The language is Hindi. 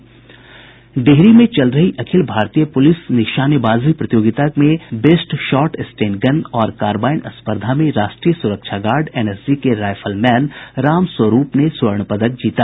डिहरी में चल रही अखिल भारतीय पुलिस निशानेबाजी प्रतियोगिता में बेस्ट शॉट स्टेनगन और कारबाईन स्पर्धा में राष्ट्रीय सुरक्षा गार्ड एनएसजी के राइफल मैन रामस्वरूप ने स्वर्ण पदक जीता